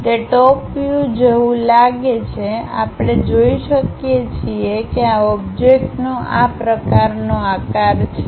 તે top view જેવું લાગે છે આપણે જોઈ શકીએ છીએ કે ઓબ્જેક્ટનો આ પ્રકારનો આકાર છે